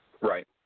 Right